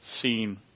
seen